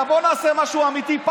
אלא בואו נעשה משהו אמיתי,